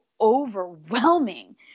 overwhelming